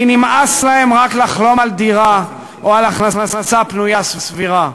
כי נמאס להם רק לחלום על דירה או על הכנסה פנויה סבירה.